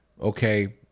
Okay